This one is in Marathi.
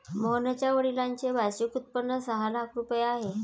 मोहनच्या वडिलांचे वार्षिक उत्पन्न सहा लाख रुपये आहे